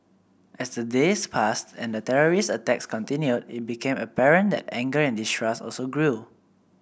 as the days passed and the terrorist attacks continued it became apparent that anger and distrust also grew